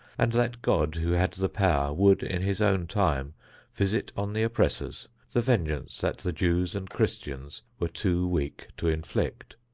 and that god who had the power would in his own time visit on the oppressors the vengeance that the jews and christians were too weak to inflict.